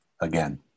again